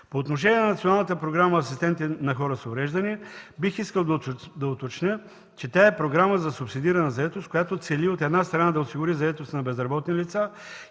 По отношение на Националната програма „Асистенти на хора с увреждания” бих искал да уточня, че тя е програма за субсидирана заетост, която цели, от една страна, да осигури заетост на безработни лица